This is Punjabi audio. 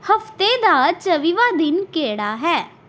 ਹਫ਼ਤੇ ਦਾ ਚੌਵੀਵਾਂ ਦਿਨ ਕਿਹੜਾ ਹੈ